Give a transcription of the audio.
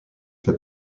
fait